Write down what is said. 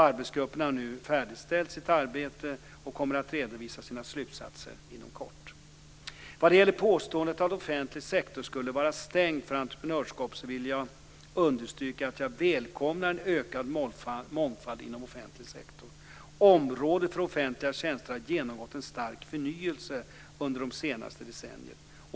Arbetsgruppen har nu färdigställt sitt arbete och kommer att redovisa sina slutsatser inom kort. Vad det gäller påståendet att offentlig sektor skulle vara stängd för entreprenörskap så vill jag vill understryka att jag välkomnar en ökad mångfald inom offentlig sektor. Området för offentliga tjänster har genomgått en stark förnyelse under det senaste decenniet.